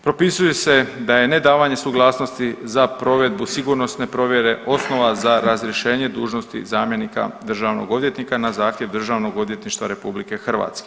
Propisuje se da je nedavanje suglasnosti za provedbu sigurnosne provjere osnova za razrješenje dužnosti zamjenika državnog odvjetnika na zahtjeva Državnog odvjetništva RH.